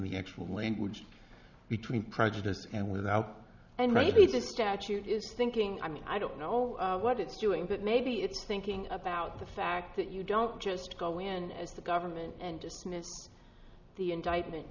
the actual language between prejudice and without and maybe the statute is thinking i mean i don't know what it's doing but maybe it's thinking about the fact that you don't just go in as a government and dismiss the indictment